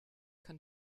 kann